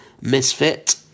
misfit